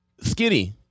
skinny